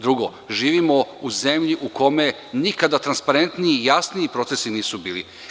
Drugo, živimo u zemlji u kome nikada transparentniji i jasniji procesi nisu bili.